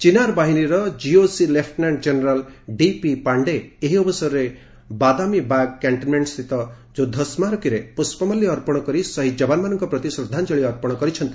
ଚିନାର ବାହିନୀର GOC lieutenant general DP Pandey ଏହି ଅବସରରେ ବାଦାମୀ ବାଗ୍ କ୍ୟାଣ୍ଟନ୍ମେଣ୍ଟସ୍ଥିତ ଯୁଦ୍ଧସ୍କାରକୀରେ ପୁଷ୍ପମାଲ୍ୟ ଅର୍ପଣ କରି ଶହୀଦ୍ ଯବାନମାନଙ୍କ ପ୍ରତି ଶ୍ରଦ୍ଧାଞ୍ଜଳି ଅର୍ପଣ କରିଛନ୍ତି